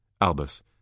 Albus